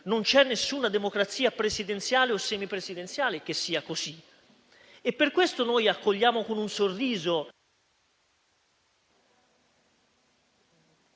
non c'è nessuna democrazia presidenziale o semipresidenziale che sia così. Per questo noi accogliamo con un sorriso